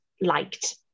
liked